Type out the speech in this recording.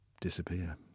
disappear